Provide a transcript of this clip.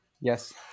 Yes